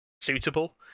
suitable